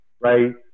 right